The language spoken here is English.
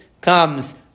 Comes